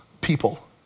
people